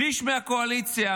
שליש מהקואליציה,